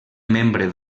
membre